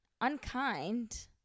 unkind